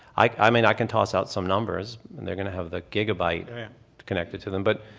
i mean i can toss out some numbers. they're going to have the gigabyte connected to them. but,